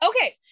Okay